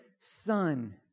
son